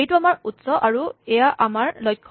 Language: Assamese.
এইটো আমাৰ উৎস আৰু এয়া মাজত আমাৰ লক্ষ